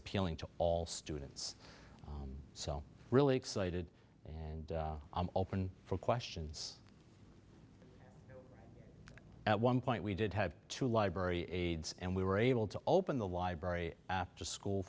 appealing to all students so really excited and i'm open for questions at one point we did have two library aides and we were able to open the library after school